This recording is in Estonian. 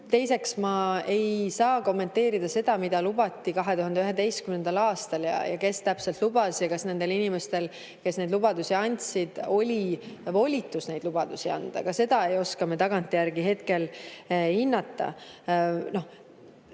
Teiseks, ma ei saa kommenteerida seda, mida lubati 2011. aastal, kes täpselt lubas ja kas nendel inimestel, kes neid lubadusi andsid, oli volitus neid lubadusi anda. Ka seda ei oska me tagantjärele hinnata.